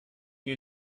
you